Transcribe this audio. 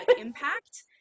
impact